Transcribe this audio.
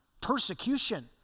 persecution